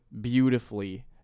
beautifully